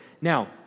Now